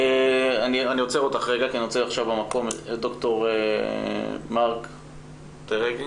אני עוצר אותך רגע כי אני רוצה לשמוע את ד"ר מרק טרגין.